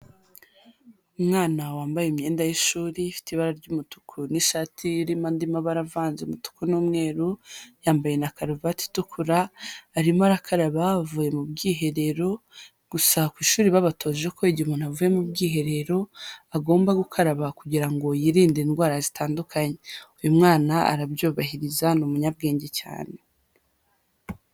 Umwana wambaye imyenda y'ishuri ifite ibara ry'umutuku n'ishati irimo andi mabara avanze umutuku n'umweru yambaye na karuvati itukura, arimo arakara abavuye mu bwiherero gusa ku ishuri babatoje ko igihe umuntu avuye mu bwiherero agomba gukaraba kugira ngo yirinde indwara zitandukanye, uyu mwana arabyubahiriza ni umunyabwenge cyane.